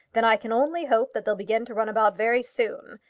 then i can only hope that they'll begin to run about very soon,